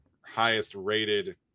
highest-rated